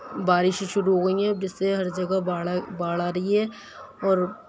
بارشیں شروع ہو گئی ہیں جس سے ہر جگہ باڑھ آ باڑھ آ گئی ہے اور